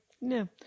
no